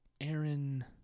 Aaron